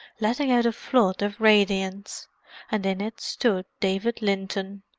letting out a flood of radiance and in it stood david linton,